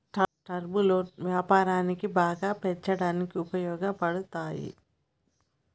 term లోన్లు వ్యాపారాన్ని బాగా పెంచడానికి ఉపయోగపడతాయి